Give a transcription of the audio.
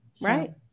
Right